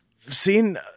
seen